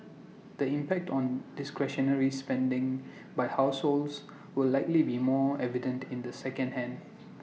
the impact on discretionary spending by households will likely be more evident in the second hand